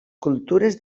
cultures